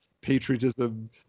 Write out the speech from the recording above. patriotism